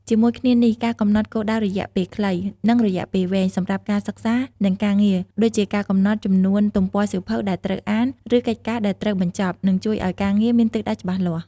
ជាមួយគ្នានេះ ការកំណត់គោលដៅរយៈពេលខ្លី និងរយៈពេលវែង សម្រាប់ការសិក្សា និងការងារ ដូចជាការកំណត់ចំនួនទំព័រសៀវភៅដែលត្រូវអាន ឬកិច្ចការដែលត្រូវបញ្ចប់ នឹងជួយឲ្យការងារមានទិសដៅច្បាស់លាស់។